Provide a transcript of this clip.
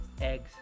eggs